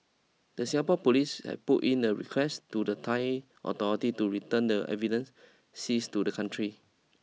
the Singapore police had put in a request to the Thai authority to return the evidence seized to the country